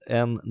en